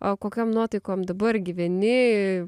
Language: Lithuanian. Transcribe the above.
o kokiom nuotaikom dabar gyveni